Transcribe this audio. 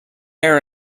are